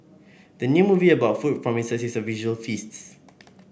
the new movie about food promises a visual feasts